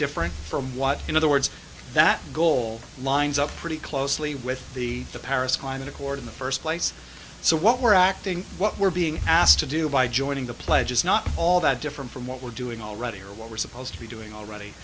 different from what in other words that goal lines up pretty closely with the the paris climate accord in the first place so what we're acting what we're being asked to do by joining the pledge is not all that different from what we're doing already or what we're supposed to be doing already